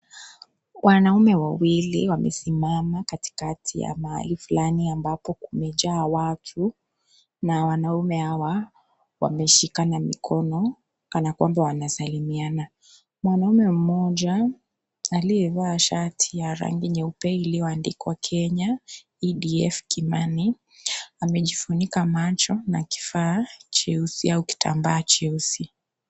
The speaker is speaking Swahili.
Wanaume wawili wamesimama katikati ya mahali fulani ambapo kumejaa watu na wanaume hawa wameshikana mkono kana kwamba wanasaliana . Mwanaume mmoja aliyevaa shati nyeupe iliyoandikwa Kenya edf kimani amwjifunika macho na kitambaa cheusi au kifaa cheusi.